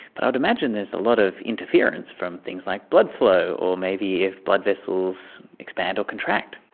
but i'd imagine there's a lot of interference from things like blood flow or maybe if blood vessels expand or contract.